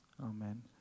Amen